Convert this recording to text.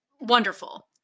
wonderful